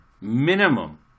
Minimum